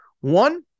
One